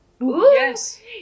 Yes